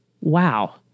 Wow